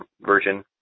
version